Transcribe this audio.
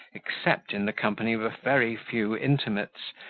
except in the company of a very few intimates,